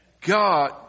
God